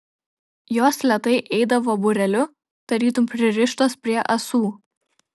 jos lėtai eidavo būreliu tarytum pririštos prie ąsų